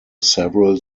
several